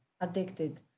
addicted